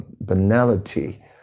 banality